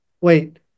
Wait